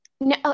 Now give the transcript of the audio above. No